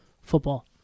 football